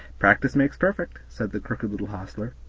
practice makes perfect, said the crooked little hostler,